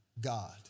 God